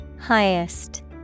Highest